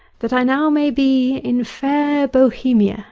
that i now may be in fair bohemia